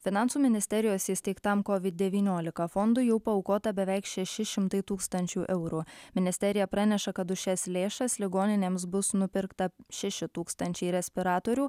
finansų ministerijos įsteigtam covid devyniolika fondui jau paaukota beveik šeši šimtai tūkstančių eurų ministerija praneša kad už šias lėšas ligoninėms bus nupirkta šeši tūkstančiai respiratorių